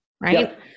right